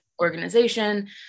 organization